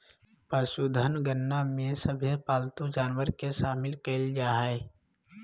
पशुधन गणना में सभे पालतू जानवर के शामिल कईल जा हइ